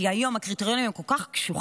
כי היום הקריטריונים הם כל כך קשוחים.